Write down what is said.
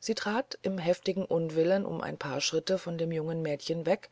sie trat im heftigsten unwillen um ein paar schritte von dem jungen mädchen weg